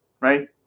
right